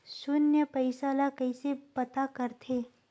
शून्य पईसा ला कइसे पता करथे?